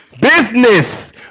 business